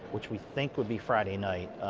which we think would be friday night.